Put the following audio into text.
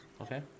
Okay